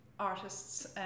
Artists